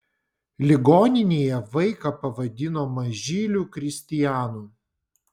ligoninėje vaiką pavadino mažyliu kristijanu